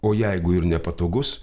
o jeigu ir nepatogus